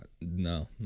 No